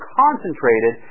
concentrated